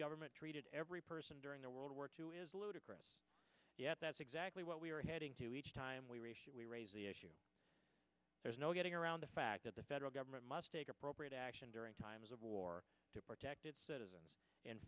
government treated every person during a world war two is ludicrous yet that's exactly what we were heading to each time we were we raised the issue there's no getting around the fact that the federal government must take appropriate action during times of war to protect its citizens in